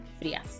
Frias